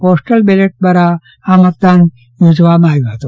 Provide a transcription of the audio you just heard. postal ballot દ્વારા આ મતદાન યોજવામાં આવ્યું હતું